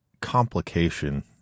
complication